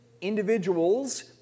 individuals